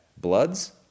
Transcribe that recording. Bloods